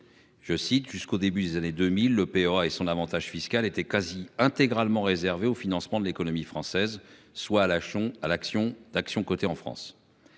Je cite jusqu'au début des années 2000 le et son avantage fiscal était quasi intégralement réservé au financement de l'économie française soit on à l'action d'actions cotées en France.